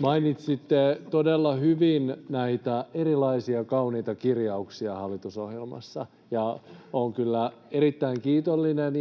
Mainitsitte todella hyvin näitä erilaisia kauniita kirjauksia hallitusohjelmassa. Olen kyllä erittäin kiitollinen,